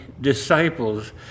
disciples